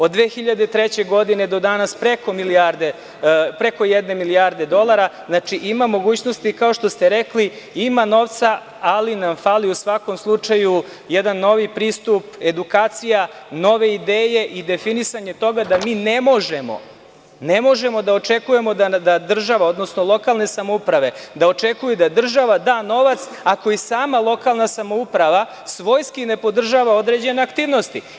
Od 2003. godine do danas preko jedne milijarde dolara, znači ima mogućnosti, kao što ste rekli, ima novca, ali nam fali u svakom slučaju jedan novi pristup, edukacija, nove ideje i definisanje toga da mi ne možemo da očekujemo da država, odnosno lokalne samouprave da očekuju da država da novac, ako i sama lokalna samouprava svojski ne podržava određene aktivnosti.